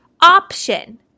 option